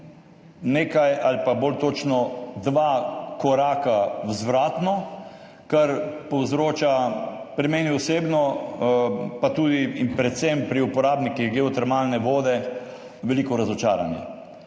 nekaj ali bolj točno dva koraka vzvratno, kar povzroča, pri meni osebno, pa tudi in predvsem pri uporabnikih geotermalne vode, veliko razočaranje.